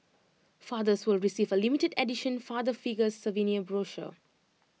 fathers will receive A limited edition father figures souvenir brochure